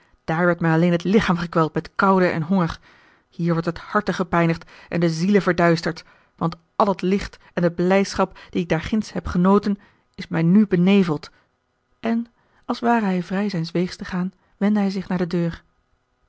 dààr werd mij alleen het lichaam gekweld door koude en honger hier wordt het harte gepijnigd en de ziele verduisterd want al het licht en de blijdschap die ik daarginds heb genoten is mij nu beneveld en als ware hij vrij zijns weegs te gaan wendde hij zich naar de deur